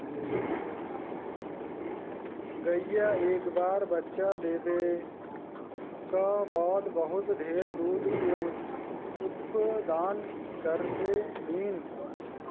गईया एक बार बच्चा देवे क बाद बहुत ढेर दूध के उत्पदान करेलीन